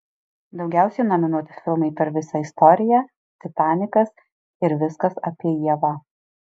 daugiausiai nominuoti filmai per visą istoriją titanikas ir viskas apie ievą